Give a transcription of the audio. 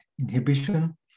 inhibition